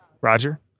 Roger